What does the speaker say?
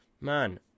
Man